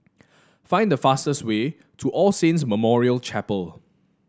find the fastest way to All Saints Memorial Chapel